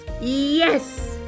yes